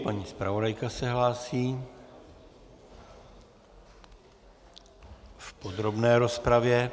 Paní zpravodajka se hlásí v podrobné rozpravě.